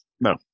No